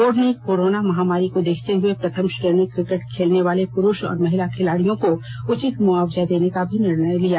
board ने corona महामारी को देखते हुए प्रथम श्रेणी क्रिकेट खेलने वाले पुरुष और महिला खिलाड़ियों को उचित मुआवजा देने का भी निर्णय लिया